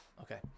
Okay